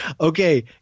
Okay